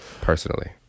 Personally